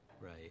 Right